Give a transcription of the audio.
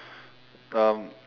um